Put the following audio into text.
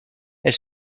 elle